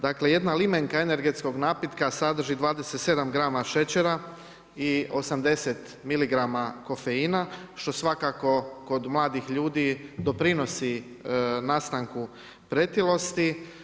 Dakle jedna limenka energetskog napitka sadrži 27 grama šećera i 80 miligrama kofeina što svakako kod mladih ljudi doprinosi nastanku pretilosti.